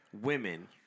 women